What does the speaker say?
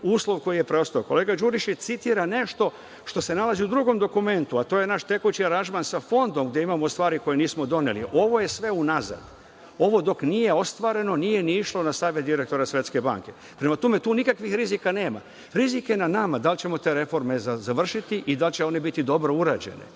uslov koji je preostao. Kolega Đurišić citira nešto što se nalazi u drugom dokumentu, a to je naš tekući aranžman sa Fondom, gde imamo stvari koje nismo doneli. Ovo je sve unazad. Ovo dok nije ostvareno, nije ni išlo na Savet direktora Svetske banke. Prema tome, tu nikakvih rizika nema. Rizik je na nama da li ćemo te reforme završiti i da li će one biti dobro urađene.